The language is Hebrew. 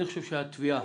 אני חושב שהתביעה